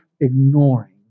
ignoring